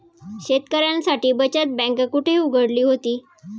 शेतकऱ्यांसाठी बचत बँक कुठे उघडली होती?